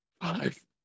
Five